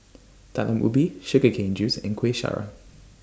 Talam Ubi Sugar Cane Juice and Kuih Syara